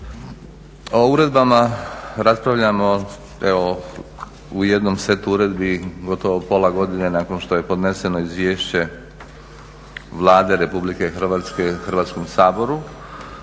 O uredbama raspravljamo evo u jednom setu uredbi gotovo pola godine nakon što je podneseno izvješće Vlade Republike Hrvatske Hrvatskom saboru,